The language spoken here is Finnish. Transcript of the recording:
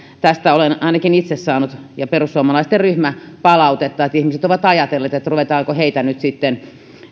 tästä olemme ainakin minä ja perussuomalaisten ryhmä ovat ajatelleet että ruvetaanko heitä nyt sitten